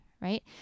right